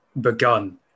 begun